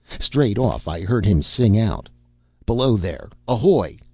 straight off i heard him sing out below there, ahoy!